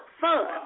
fun